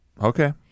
Okay